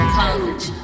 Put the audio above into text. college